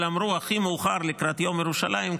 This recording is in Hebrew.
אבל אמרו: הכי מאוחר לקראת יום ירושלים,